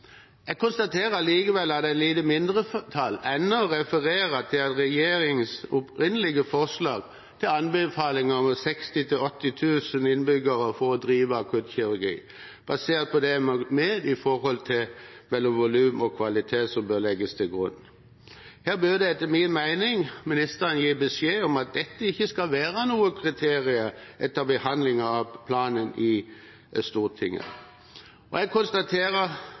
Jeg konstaterer likevel at et lite mindretall ennå refererer til regjeringens opprinnelige forslag og anbefaling av 60 000–80 000 innbyggere for å drive akuttkirurgi, basert på det volumet og den kvaliteten som bør legges til grunn. Her burde etter min mening ministeren gi beskjed om at dette ikke skal være noe kriterium etter behandlingen av planen i Stortinget. Jeg konstaterer